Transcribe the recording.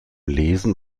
lesen